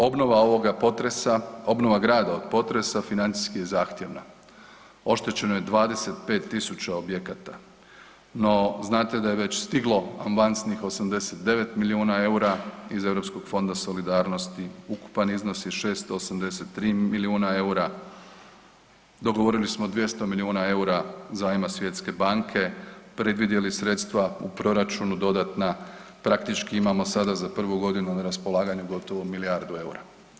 Obnova grada od potresa financijski je zahtjevna, oštećeno je 25000 objekata, no znate da je već stiglo avansnih 89 milijuna eura iz Europskog fonda solidarnosti, ukupan iznos je 683 milijuna eura, dogovorili smo 200 milijuna eura zajma Svjetske banke, predvidjeli sredstva u proračunu dodatna, praktički imamo sada za prvu godinu na raspolaganju gotovo milijardu eura.